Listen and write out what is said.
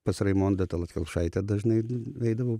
pas raimonda tallat kelpšaitę dažnai eidavau